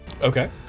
Okay